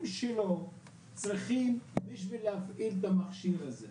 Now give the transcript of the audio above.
שלו צריכים בשביל להפעיל את המכשיר הזה?